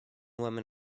women